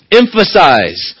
emphasize